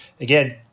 again